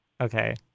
Okay